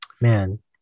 Man